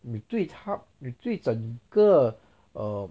你对他你对整个 um